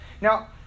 Now